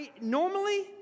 Normally